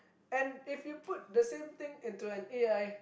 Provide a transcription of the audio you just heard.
and if you put thing into an A_I